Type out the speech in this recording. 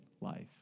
life